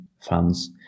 fans